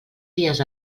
dies